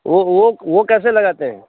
वो वो वो कैसे लगाते हैं